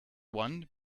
one